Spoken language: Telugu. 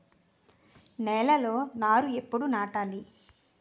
నేలలో నారు ఎప్పుడు నాటాలి?